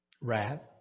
wrath